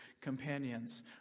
companions